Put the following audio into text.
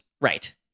Right